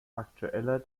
aktueller